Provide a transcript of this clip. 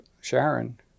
Sharon